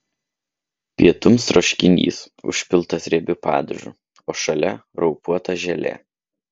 pietums troškinys užpiltas riebiu padažu o šalia raupuota želė